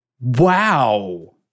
Wow